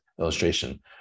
illustration